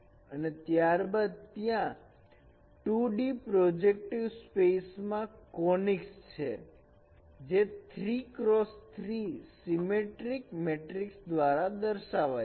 અને ત્યારબાદ ત્યાં 2D પ્રોજેક્ટિવ સ્પેસ માં કોનીક્સ છે જે 3 ક્રોસ 3 સીમેટ્રિક મેટ્રિકસ દ્વારા દર્શાવાય છે